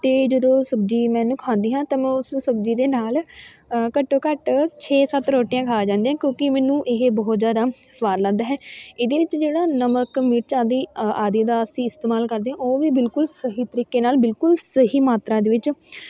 ਅਤੇ ਜਦੋਂ ਸਬਜ਼ੀ ਮੈਂ ਇਹਨੂੰ ਖਾਂਦੀ ਹਾਂ ਤਾਂ ਮੈਂ ਉਸ ਸਬਜ਼ੀ ਦੇ ਨਾਲ ਘੱਟੋਂ ਘੱਟ ਛੇ ਸੱਤ ਰੋਟੀਆਂ ਖਾ ਜਾਂਦੀ ਹਾਂ ਕਿਉਂਕਿ ਮੈਨੂੰ ਇਹ ਬਹੁਤ ਜ਼ਿਆਦਾ ਸਵਾਦ ਲੱਗਦਾ ਹੈ ਇਹਦੇ ਵਿੱਚ ਜਿਹੜਾ ਨਮਕ ਮਿਰਚਾਂ ਆਦਿ ਆ ਆਦਿ ਦਾ ਅਸੀਂ ਇਸਤੇਮਾਲ ਕਰਦੇ ਹਾਂ ਉਹ ਵੀ ਬਿਲਕੁਲ ਸਹੀ ਤਰੀਕੇ ਨਾਲ ਬਿਲਕੁਲ ਸਹੀ ਮਾਤਰਾ ਦੇ ਵਿੱਚ